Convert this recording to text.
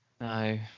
No